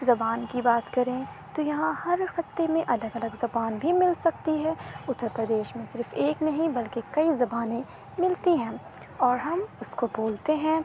زبان کی بات کریں تو یہاں ہر خطے میں الگ الگ زبان بھی مل سکتی ہے اتر پردیش میں صرف ایک نہیں بلکہ کئی زبانیں ملتی ہیں اور ہم اس کو بولتے ہیں